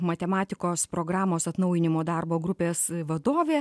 matematikos programos atnaujinimo darbo grupės vadovė